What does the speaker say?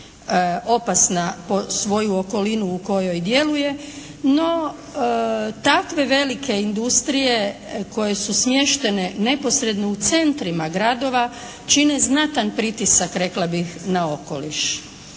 opasna po svoju okolinu u kojoj djeluje. No, takve velike industrije koje su smještene neposredno u centrima gradova čine znatan pritisak rekla bih na okoliš.